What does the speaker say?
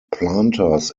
planters